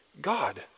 God